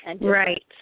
Right